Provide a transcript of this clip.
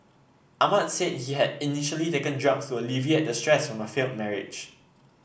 Ahmad said he had initially taken drugs to alleviate the stress from a failed marriage